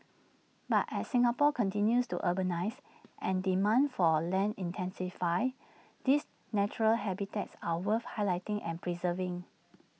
but as Singapore continues to urbanise and demand for land intensifies these natural habitats are worth highlighting and preserving